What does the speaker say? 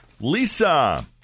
Lisa